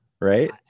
right